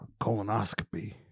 Colonoscopy